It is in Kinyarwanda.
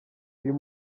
uyu